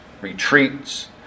retreats